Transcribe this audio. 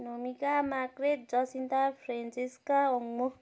भूमिका Margaret Jacinta Francisca ओङ्मू